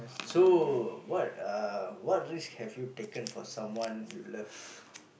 so what are what risk have you taken for someone you love